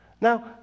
Now